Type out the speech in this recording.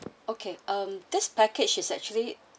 okay um this package is actually